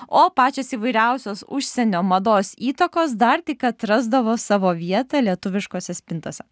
o pačios įvairiausios užsienio mados įtakos dar tik atrasdavo savo vietą lietuviškose spintose